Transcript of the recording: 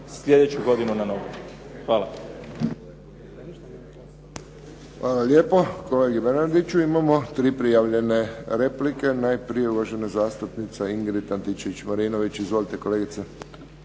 slijedeću godinu na nogama. Hvala.